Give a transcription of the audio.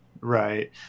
Right